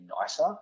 nicer